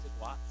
Watts